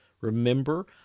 Remember